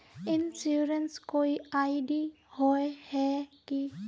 Insurance कोई ID होय है की?